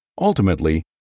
ultimately